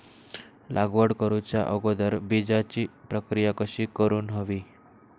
लागवड करूच्या अगोदर बिजाची प्रकिया कशी करून हवी?